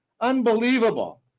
Unbelievable